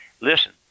listen